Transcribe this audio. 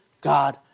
God